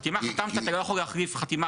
חתימה חתמת, אתה לא יכול להחליף חתימה.